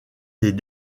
des